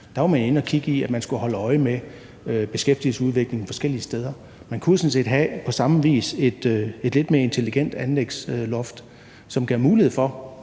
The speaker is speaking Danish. man skulle holde øje med beskæftigelsesudviklingen forskellige steder, så man kunne jo sådan set på samme vis have et lidt mere intelligent anlægsloft, som giver mulighed for,